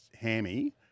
hammy